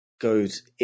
goes